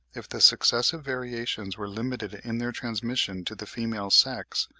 if the successive variations were limited in their transmission to the female sex,